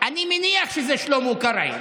אני מניח שזה שלמה קרעי.